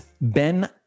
Ben